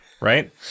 Right